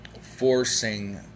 forcing